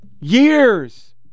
Years